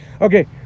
Okay